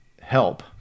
help